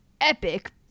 epic